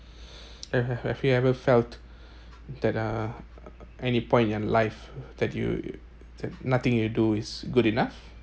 have have have you ever felt that uh any point in your life that you have nothing you do is good enough